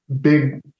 big